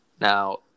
Now